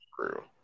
True